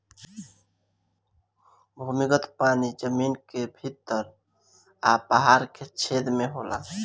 भूमिगत पानी जमीन के भीतर आ पहाड़ के छेद में होला